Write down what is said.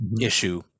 issue